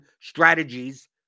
strategies